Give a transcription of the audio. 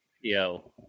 Yo